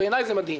בעיניי זה מדהים.